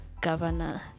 governor